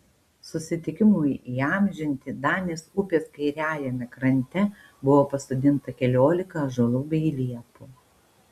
susitikimui įamžinti danės upės kairiajame krante buvo pasodinta keliolika ąžuolų bei liepų